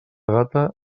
gata